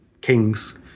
kings